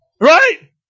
Right